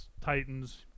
Titans